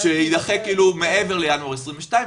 שיידחה מעבר לינואר 22',